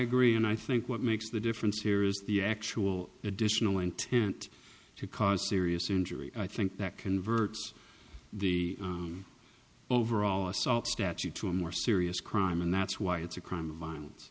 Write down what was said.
agree and i think what makes the difference here is the actual additional intent to cause serious injury i think that converts the overall assault statute to a more serious crime and that's why it's a crime of violence